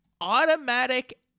automatic